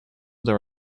their